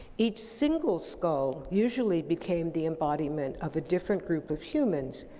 each single skull usually became the embodiment of a different group of humans,